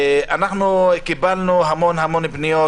קיבלנו המון פניות